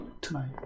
tonight